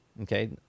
Okay